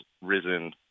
risen